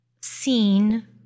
seen